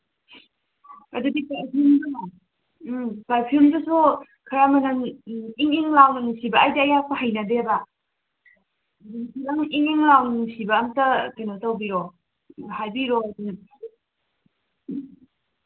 ꯑꯗꯨꯗꯤ ꯎꯝ ꯄꯔꯐ꯭ꯌꯨꯝꯗꯨꯁꯨ ꯈꯔ ꯃꯅꯝ ꯏꯪ ꯏꯪ ꯂꯥꯎꯅ ꯅꯨꯡꯁꯤꯕ ꯑꯩꯗꯤ ꯑꯌꯥꯛꯄ ꯍꯩꯅꯗꯦꯕ ꯅꯨꯡꯁꯤꯕ ꯏꯪ ꯏꯪ ꯂꯥꯎꯅ ꯅꯨꯡꯁꯤꯕ ꯑꯝꯇ ꯀꯩꯅꯣ ꯇꯧꯕꯤꯌꯣ ꯍꯥꯏꯕꯤꯔꯛꯑꯣ